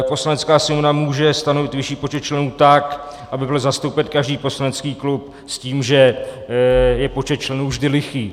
Poslanecká sněmovna může stanovit vyšší počet členů tak, aby byl zastoupen každý poslanecký klub, s tím, že je počet členů vždy lichý.